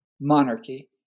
monarchy